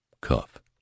Cuff